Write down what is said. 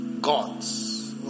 Gods